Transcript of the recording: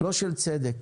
לא של צדק.